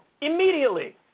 Immediately